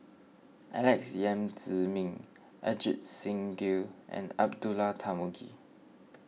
Alex Yam Ziming Ajit Singh Gill and Abdullah Tarmugi